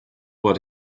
what